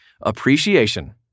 Appreciation